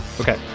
okay